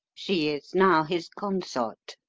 she is now his consort.